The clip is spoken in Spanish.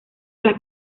las